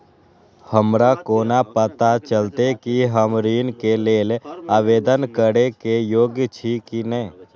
हमरा कोना पताा चलते कि हम ऋण के लेल आवेदन करे के योग्य छी की ने?